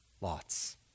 Lot's